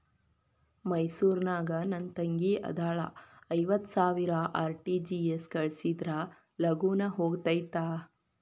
ಮೈಸೂರ್ ನಾಗ ನನ್ ತಂಗಿ ಅದಾಳ ಐವತ್ ಸಾವಿರ ಆರ್.ಟಿ.ಜಿ.ಎಸ್ ಕಳ್ಸಿದ್ರಾ ಲಗೂನ ಹೋಗತೈತ?